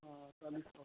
हाँ चालीस का